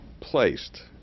placed